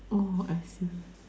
oh I see